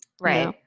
right